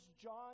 John